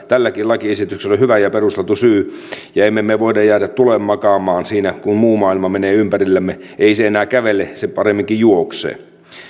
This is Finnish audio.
tälläkin lakiesityksellä on hyvä ja perusteltu syy ja emme me me voi jäädä tuleen makaamaan siinä kun muu maailma menee ympärillämme ei se enää kävele se paremminkin juoksee